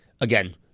again